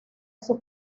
sus